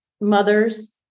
mothers